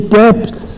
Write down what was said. depth